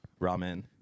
ramen